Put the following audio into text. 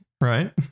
Right